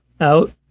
out